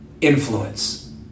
influence